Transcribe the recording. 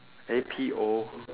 eh P O